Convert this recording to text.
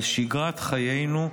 על שגרת חיינו,